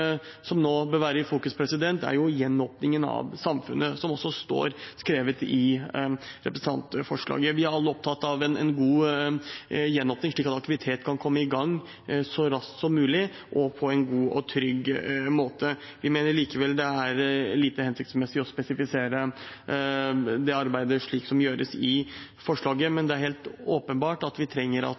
som nå bør være i fokus, er gjenåpningen av samfunnet, som det også står skrevet i representantforslaget. Vi er alle opptatt av en god gjenåpning, slik at aktivitet kan komme i gang så raskt som mulig, og på en god og trygg måte. Vi mener likevel det er lite hensiktsmessig å spesifisere det arbeidet slik det gjøres i forslaget, men det er helt åpenbart at vi trenger at